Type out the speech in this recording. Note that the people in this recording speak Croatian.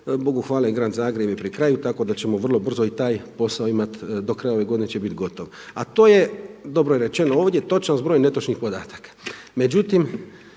bogu hvala i Grad Zagreb je pri kraju, tako da ćemo vrlo brz i taj posao imati, do kraja ove godine će biti gotov. A to je, dobro je rečeno ovdje, točan zbroj netočnih podataka.